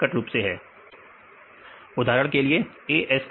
उदाहरण के लिए ASA वैल्यू 12 अंगस्ट्रोम स्क्वायर है